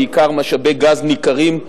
בעיקר משאבי גז ניכרים,